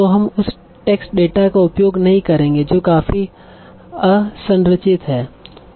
तो हम अब उस टेक्स्ट डेटा का उपयोग नही करेंगे जो काफी असंरचित है